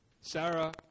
Sarah